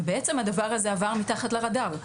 ובעצם הדבר הזה עבר מתחת לרדאר.